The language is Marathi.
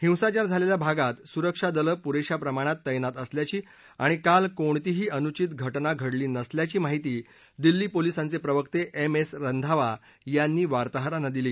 हिंसाचार झालेल्या भागात सुरक्षा दलं पुरेशा प्रमाणात तत्तित असल्याची आणि काल कोणतीही अनुषित घटना घडली नसल्याची माहिती दिल्ली पोलिसांचे प्रवक्ते एम एस रंधावा यांनी वार्ताहरांना दिली